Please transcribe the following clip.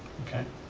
okay.